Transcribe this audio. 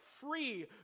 free